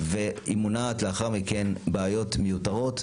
והיא מונעת לאחר מכן בעיות מיותרות.